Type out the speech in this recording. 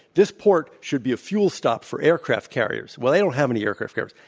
this port should be a fuel stop for aircraft carriers. well, they don't have any aircraft carriers.